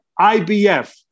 IBF